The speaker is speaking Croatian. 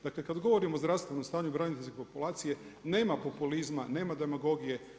Dakle kada govorimo o zdravstvenom stanju braniteljske populacije, nema populizma nema demagogije.